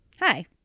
Hi